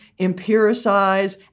empiricize